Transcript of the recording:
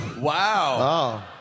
Wow